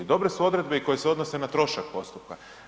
Dobre su odredbe i koje se odnose na trošak postupka.